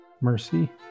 Mercy